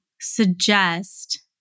suggest